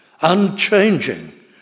unchanging